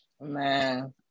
man